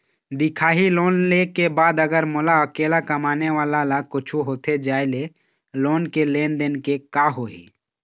दिखाही लोन ले के बाद अगर मोला अकेला कमाने वाला ला कुछू होथे जाय ले लोन के लेनदेन के का होही?